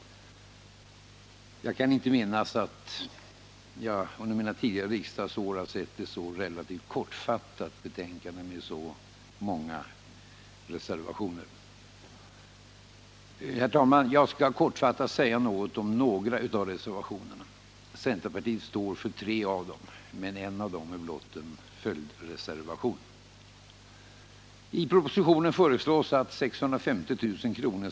Jag kan inte minnas att jag under mina tidigare riksdagsår har sett ett så kortfattat betänkande med så många reservationer. Herr talman! Jag skall kortfattat säga något om några av reservationerna. Centerpartiet står för tre av dem, men en av dem är blott en följdreservation. I propositionen föreslås att 650 000 kr.